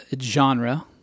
genre